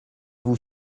vous